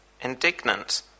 Indignant